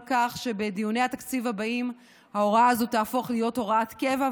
כך שבדיוני התקציב הבאים ההוראה הזאת תהפוך להיות הוראת קבע,